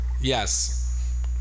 yes